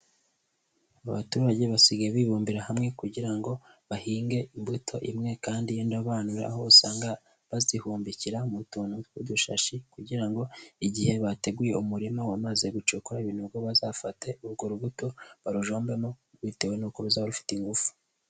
Abaturage basigaye bibumbira hamwe kugira ngo bahinge imbuto imwe kandi y'indobanure, aho usanga bazihumbikira mu tuntu tw'udushashi kugira ngo igihe bateguye umurima bamaze gucukura ibinogo, bazafate urwo rubuto barujombemo bitewe n'uko ruzaba rufite ingufu.